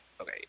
Okay